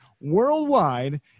Worldwide